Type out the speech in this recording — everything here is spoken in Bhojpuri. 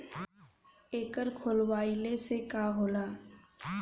एकर खोलवाइले से का होला?